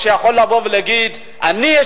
או שהוא יכול לבוא ולהגיד: אני,